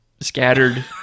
scattered